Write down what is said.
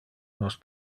nos